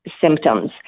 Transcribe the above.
symptoms